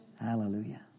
Hallelujah